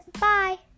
Bye